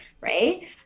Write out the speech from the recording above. right